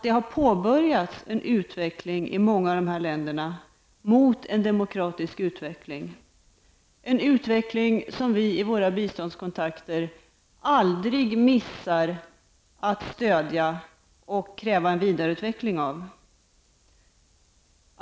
Det har påbörjats en utveckling i många av de här länderna mot en demokratisk utveckling. En utveckling som vi i våra biståndskontakter aldrig missar att stödja och kräva en vidareutveckling av.